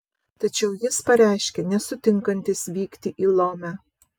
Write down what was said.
tačiau jis pareiškė nesutinkantis vykti į lomę